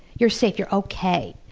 you're safe, you're okay.